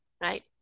Right